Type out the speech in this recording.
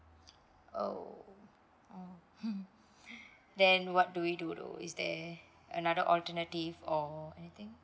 oh mm then what do we to do is there another alternative or anything